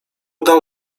dał